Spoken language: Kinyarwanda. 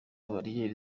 bariyeri